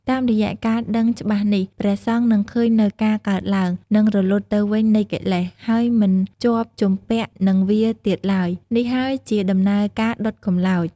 តាមរយៈការដឹងច្បាស់នេះ ព្រះសង្ឃនឹងឃើញនូវការកើតឡើង និងរលត់ទៅវិញនៃកិលេស ហើយមិនជាប់ជំពាក់នឹងវាទៀតឡើយ នេះហើយជាដំណើរការ ដុតកម្លោច ។